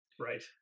Right